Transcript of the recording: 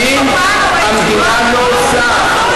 שנים המדינה לא עושה,